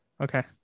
okay